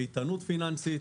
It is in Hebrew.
איתנות פיננסית,